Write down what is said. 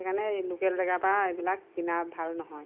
সেইকাৰণে এই লোকেল জেগাৰ পৰা এইবিলাক কিনা ভাল নহয়